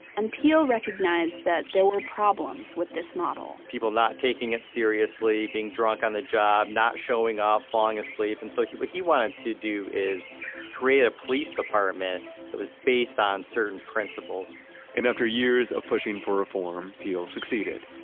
and peel recognized that there were problems with this model people not taking it seriously, being drunk on the job, not showing up, falling asleep, and so he wanted to do is create a police department that was based on certain principles and after years of pushing for reform, peel succeeded.